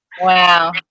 Wow